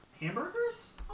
hamburgers